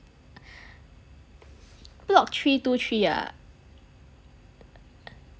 block three two three ah